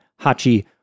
Hachi